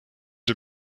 der